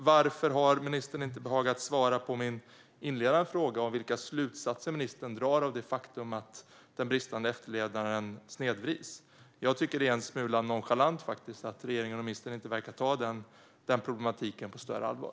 Varför har ministern inte behagat svara på min inledande fråga om vilka slutsatser ministern drar av det faktum att den bristande efterlevnaden snedvrider konkurrensen? Jag tycker att det är en smula nonchalant. Regeringen verkar inte ta den problematiken på något större allvar.